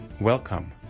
Welcome